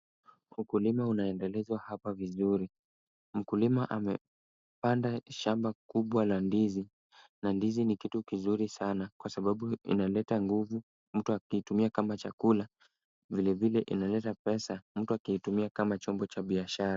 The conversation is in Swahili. Ukulima unaendelezwa hapa vizuri. Mkulima amepanda shamba kubwa la ndizi na ndizi ni kitu kizuri sana kwasababu inaleta nguvu mtu akiitumia kama chakula, vilevile inaleta pesa mtu akiitumia kama chombo cha biashara.